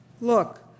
Look